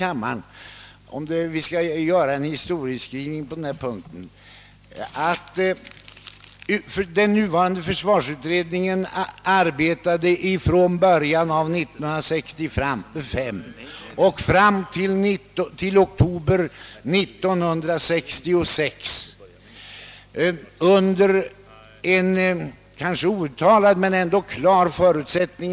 Om vi skall göra en historieskrivning på denna punkt, ber jag få understryka att den nuvarande försvarsutredningen arbetade från början av 1965 och fram till oktober 1966 under en kanske outtalad men ändå klar förutsättning.